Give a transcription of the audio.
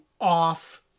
off-